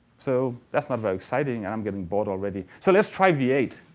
so that's not very exciting and i'm getting bored already. so let's try v eight.